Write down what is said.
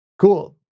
Cool